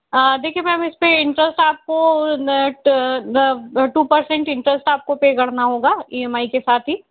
देखिए मैम इस पे इंटरेस्ट आपको नेट टू परसेंट इंटरेस्ट आप को पे करना होगा ई एम आई के साथ ही